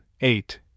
eight